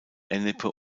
ennepe